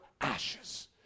ashes